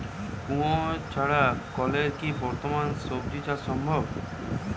কুয়োর ছাড়া কলের কি বর্তমানে শ্বজিচাষ সম্ভব?